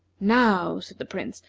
now, said the prince,